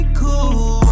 cool